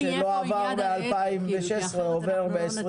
ומה שלא עבר ב-2016 עובר ב-2021.